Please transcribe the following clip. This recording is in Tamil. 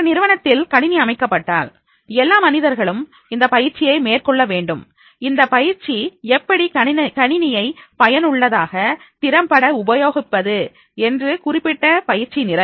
ஒரு நிறுவனத்தில் கணினி அமைக்கப்பட்டால் எல்லா மனிதர்களும் இந்த பயிற்சியை மேற்கொள்ள வேண்டும் இந்த பயிற்சி எப்படி கணினியை பயனுள்ளதாக திறம்பட உபயோகிப்பது என்று குறிப்பிட்ட பயிற்சி நிரல்